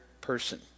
person